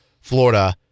Florida